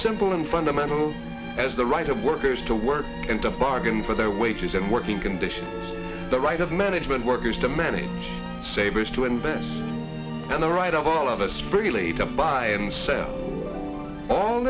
simple and fundamental as the right of workers to work and to bargain for their wages and working conditions the right of management workers to many savers to invent and the right of all of us freely to buy and sell all